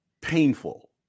painful